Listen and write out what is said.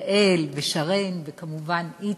יעל ושרן וכמובן איציק.